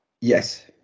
yes